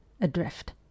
Adrift